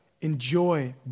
enjoy